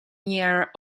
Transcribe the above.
near